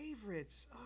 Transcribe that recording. favorites